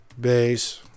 base